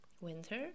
winter